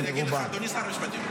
אני אגיד לך אדוני שר המשפטים,